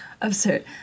absurd